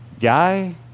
guy